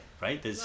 right